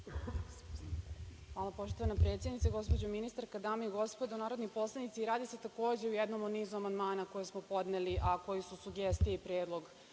Hvala poštovana predsednice. Gospođo ministarka, dame i gospodo narodni poslanici, radi se takođe o jednom u nizu amandmana koje smo podneli, a koji su sugestija i predlog